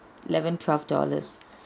eleven twelve dollars